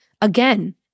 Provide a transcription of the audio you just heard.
again